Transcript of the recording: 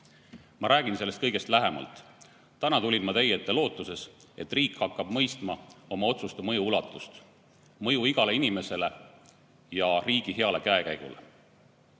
räägin sellest kõigest lähemalt. Täna tulin ma teie ette lootuses, et riik hakkab mõistma oma otsuste mõju ulatust, mõju igale inimesele ja riigi heale käekäigule.